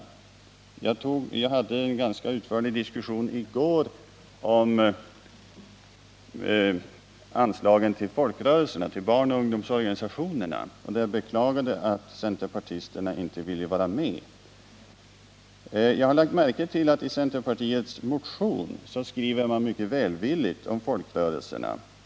Vi hade i går en ganska utförlig diskussion om anslagen till folkrörelserna, till barnoch ungdomsorganisationerna. Jag beklagade att centerpartisterna inte ville vara med. I centerpartiets motion skriver man mycket välvilligt om folkrörelserna.